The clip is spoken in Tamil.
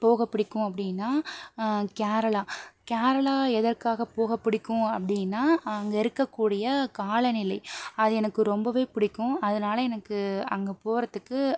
போக பிடிக்கும் அப்படினா கேரளா கேரளா எதற்காக போக பிடிக்கும் அப்படினா அங்கே இருக்கக்கூடிய காலநிலை அது எனக்கு ரொம்பவே பிடிக்கும் அதனால் எனக்கு அங்கே போகிறத்துக்கு